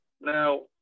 Now